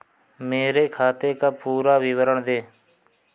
मेरे खाते का पुरा विवरण दे?